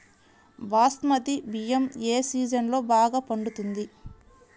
బాస్మతి బియ్యం ఏ సీజన్లో బాగా పండుతుంది?